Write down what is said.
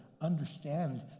understand